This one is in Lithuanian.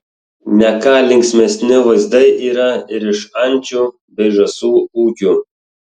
ne ką linksmesni vaizdai yra ir iš ančių bei žąsų ūkių